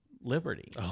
Liberty